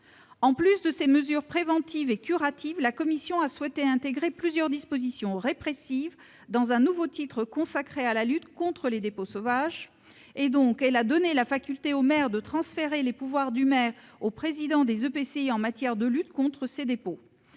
En plus de ces mesures préventives et curatives, la commission a souhaité intégrer plusieurs dispositions répressives dans un nouveau titre consacré à la lutte contre les dépôts sauvages. Elle a prévu de donner la faculté aux maires de transférer au président de leur EPCI leurs pouvoirs en matière de lutte contre ces dépôts.